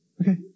Okay